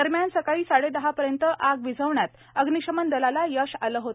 दरम्यान सकाळी साडे दहापर्यन्त आग विझविण्यात अग्निशमन दलाला यश आले होते